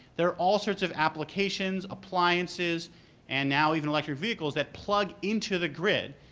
there are all sorts of applications, appliances and now even electric vehicles that plug into the grid,